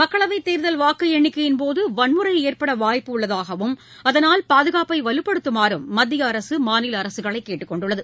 மக்களவைதேர்தல் வாக்குஎண்ணிக்கையின் போதுவன்முறைஏற்படவாய்ப்பு உள்ளதாகவும் அதனால் பாதுகாப்பைவலுப்படுத்துமாறும் மத்தியஅரசுமாநிலஅரசுகளைகேட்டுக்கொண்டுள்ளது